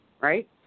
Right